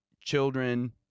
children